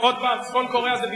שים